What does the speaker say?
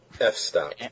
F-Stop